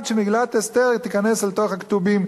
שמגילת אסתר תיכנס אל תוך הכתובים,